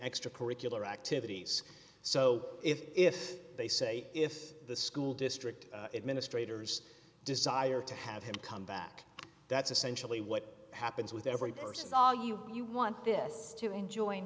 extracurricular activities so if they say if the school district administrators desire to have him come back that's essentially what happens with every person's all you you want this to enjoin